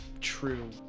true